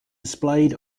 displayed